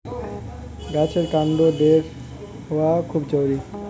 গাছের কান্ড দৃঢ় হওয়া খুব জরুরি